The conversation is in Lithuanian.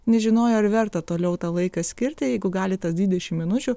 nežinojo ar verta toliau tą laiką skirti jeigu gali tas dvidešimt minučių